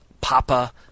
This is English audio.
Papa